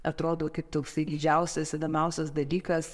atrodo kaip toksai didžiausias įdomiausias dalykas